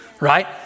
right